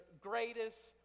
greatest